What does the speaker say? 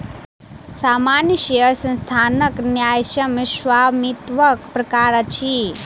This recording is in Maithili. सामान्य शेयर संस्थानक न्यायसम्य स्वामित्वक प्रकार अछि